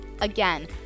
again